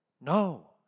No